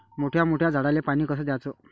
मोठ्या मोठ्या झाडांले पानी कस द्याचं?